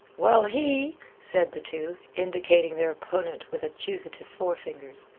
well, he, said the two, indicating their opponent with accusative forefingers.